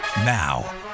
Now